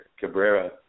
Cabrera